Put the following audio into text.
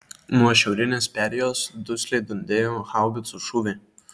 nuo šiaurinės perėjos dusliai dundėjo haubicų šūviai